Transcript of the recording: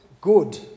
good